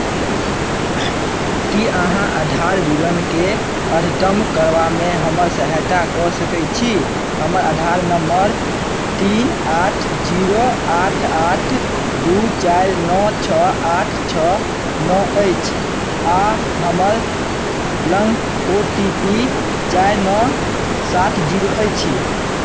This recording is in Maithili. की अहाँ आधार विवरणके अद्यतन करबामे हमर सहायता कऽ सकैत छी हमर आधार नम्बर तीन आठ जीरो आठ आठ दू चारि नओ छओ आठ छओ नओ अछि आ हमर लग ओ टी पी चारि नओ सात जीरो अछि